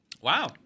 Wow